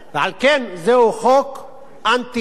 ועל כן זהו חוק אנטי-דמוקרטי.